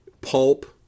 pulp